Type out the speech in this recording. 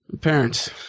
Parents